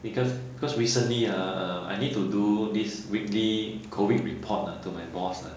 because because recently ah I need to do this weekly COVID report to my boss ha